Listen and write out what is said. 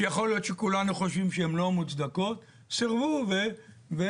שיכול להיות שכולנו חושבים שהן לא מוצדקות - סירבו וטרפדו,